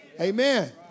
Amen